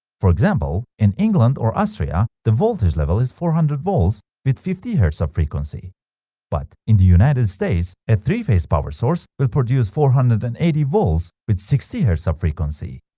for example, in england or austria the voltage level is four hundred volts with fifty hertz of frequency but in the united states a three-phase power source will produce four hundred and eighty volts with sixty hertz of frequency